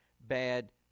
bad